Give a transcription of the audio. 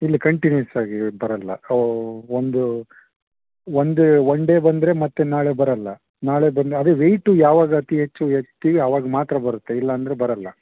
ಇಲ್ಲ ಕಂಟಿನ್ಯೂಸ್ ಆಗಿ ಬರೋಲ್ಲ ಒಂದು ಒಂದು ಒನ್ ಡೇ ಬಂದರೆ ಮತ್ತೆ ನಾಳೆ ಬರೋಲ್ಲ ನಾಳೆ ಬಂದು ಅದೆ ವೇಯ್ಟು ಯಾವಾಗ ಅತಿ ಹೆಚ್ಚು ಎತ್ತುತೀವಿ ಆವಾಗ ಮಾತ್ರ ಬರುತ್ತೆ ಇಲ್ಲ ಅಂದರೆ ಬರೋಲ್ಲ